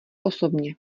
osobně